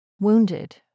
wounded